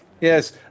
Yes